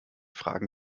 fragen